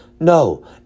No